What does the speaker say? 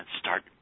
start